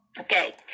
Okay